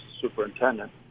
superintendent